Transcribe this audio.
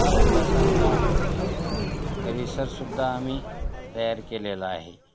गवतासारखा परिसरसुद्धा आम्ही तयार केलेला आहे